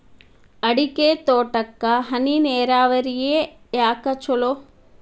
ಅಡಿಕೆ ತೋಟಕ್ಕ ಹನಿ ನೇರಾವರಿಯೇ ಯಾಕ ಛಲೋ?